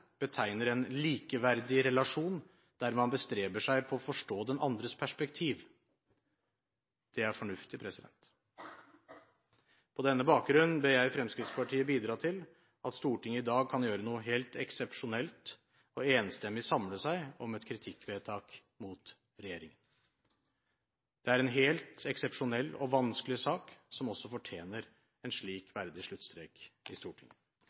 betegner en likeverdig relasjon der man bestreber seg på å forstå den andres perspektiv. Det er fornuftig. På denne bakgrunn ber jeg Fremskrittspartiet bidra til at Stortinget i dag kan gjøre noe helt eksepsjonelt og enstemmig samle seg om et kritikkvedtak mot regjeringen. Det er en helt eksepsjonell og vanskelig sak, som også fortjener en slik verdig sluttstrek i Stortinget.